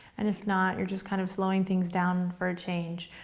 and if not, you're just kind of slowing things down for a change,